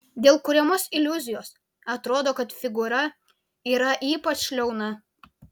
dėl kuriamos iliuzijos atrodo kad figūra yra ypač liauna